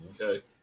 Okay